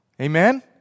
Amen